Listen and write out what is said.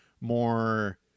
more